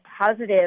positive